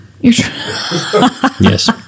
yes